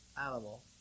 animal